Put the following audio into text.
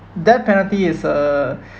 death penalty is a